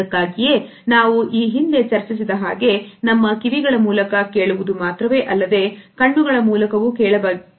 ಅದಕ್ಕಾಗಿಯೇ ನಾವು ಈ ಹಿಂದೆ ಚರ್ಚಿಸಿದ ಹಾಗೆ ನಮ್ಮ ಕಿವಿಗಳ ಮೂಲಕ ಕೇಳುವುದು ಮಾತ್ರವೇ ಅಲ್ಲದೆ ಕಣ್ಣುಗಳ ಮೂಲಕವೇ ಕೇಳಬೇಕಾಗುತ್ತದೆ